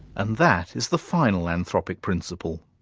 and that is the final anthropic principle.